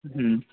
হুম